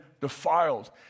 defiled